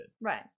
Right